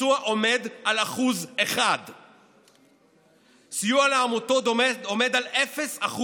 הביצוע עומד על 1%; סיוע לעמותות עומד על 0%,